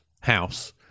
house